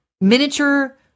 miniature